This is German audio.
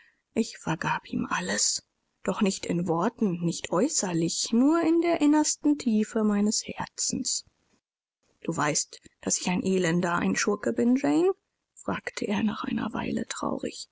ich vergab ihm alles doch nicht in worten nicht äußerlich nur in der innersten tiefe meines herzens du weißt daß ich ein elender ein schurke bin jane fragte er nach einer weile traurig